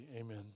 amen